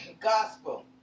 gospel